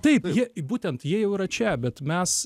taip jie būtent jie jau yra čia bet mes